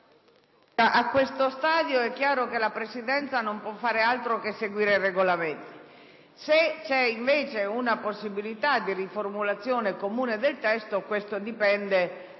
in questo stadio è chiaro che la Presidenza non può fare altro che seguire il Regolamento. Se c'è invece una possibilità di riformulazione comune del testo, questo dipende dai